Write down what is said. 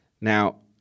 Now